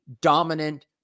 dominant